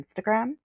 Instagram